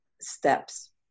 Steps